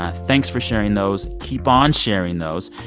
ah thanks for sharing those. keep on sharing those.